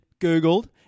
Googled